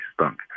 stunk